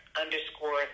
underscore